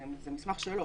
זה מסמך שלו,